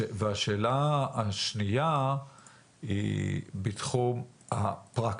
השאלה השניה היא בתחום הפרקטיקה.